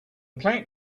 plant